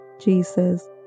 Jesus